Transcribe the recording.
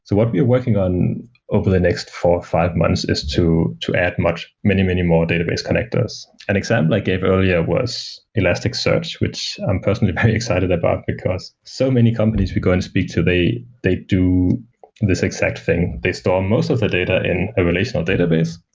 so what we are working on over the next four or five months is to to add much, many, many more database connectors. an example i like gave earlier was elasticsearch, which i'm personally very excited about, because so many companies we go and speak to, they they do this exact thing. they store most of the data in a relational database,